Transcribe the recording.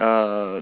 uh